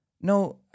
No